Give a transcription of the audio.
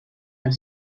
del